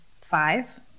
five